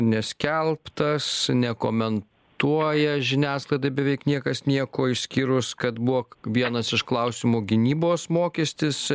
neskelbtas nekomentuoja žiniasklaidoj beveik niekas nieko išskyrus kad buvo vienas iš klausimų gynybos mokestis